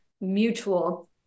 mutual